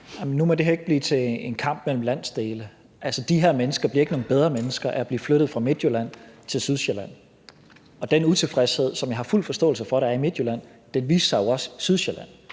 Nu må det her ikke blive til en kamp mellem landsdele. Altså, de her mennesker bliver ikke nogle bedre mennesker af at blive flyttet fra Midtjylland til Sydsjælland. Den utilfredshed, som jeg har fuld forståelse for at der er i Midtjylland, viste sig jo også i Sydsjælland,